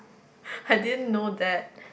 I didn't know that